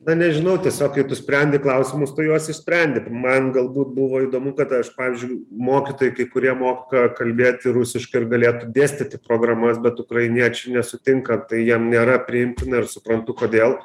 na nežinau tiesiog kai tu sprendi klausimus tu juos išsprendi man galbūt buvo įdomu kad aš pavyzdžiui mokytojai kai kurie moka kalbėti rusiškai ir galėtų dėstyti programas bet ukrainiečių nesutinka tai jiem nėra priimtina ir suprantu kodėl